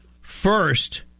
first